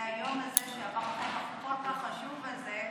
היום הזה עבר החוק הכל-כך חשוב הזה,